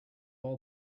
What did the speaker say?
all